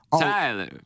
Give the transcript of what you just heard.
Tyler